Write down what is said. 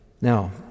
Now